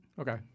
Okay